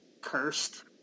cursed